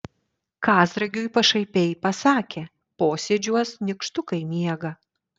kazragiui pašaipiai pasakė posėdžiuos nykštukai miega